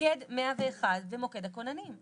מוקד 101 זה מוקד הכוננים,